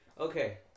Okay